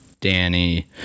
Danny